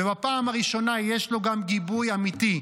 ובפעם הראשונה יש לו גם גיבוי אמיתי,